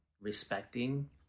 respecting